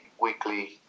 weekly